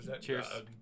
Cheers